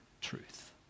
truth